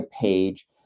page